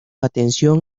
atención